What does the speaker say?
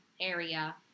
area